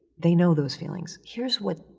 they know those feelings. here's what,